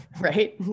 right